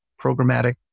programmatic